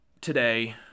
today